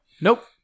Nope